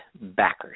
backers